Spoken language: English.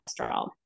cholesterol